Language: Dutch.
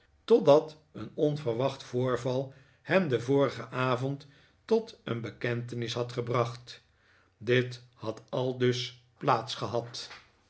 totdat een onverwacht voorval hem den vorigen avond tot een bekentenis had gebracht dit had aldus